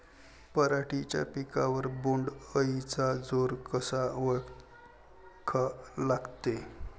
पराटीच्या पिकावर बोण्ड अळीचा जोर कसा ओळखा लागते?